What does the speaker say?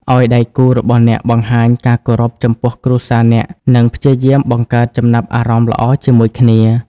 ឲ្យដៃគូរបស់អ្នកបង្ហាញការគោរពចំពោះគ្រួសារអ្នក និងព្យាយាមបង្កើតចំណាប់អារម្មណ៍ល្អជាមួយគ្នា។